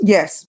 Yes